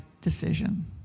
decision